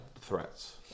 threats